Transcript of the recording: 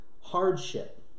hardship